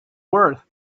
worth